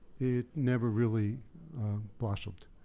it never really blossomed.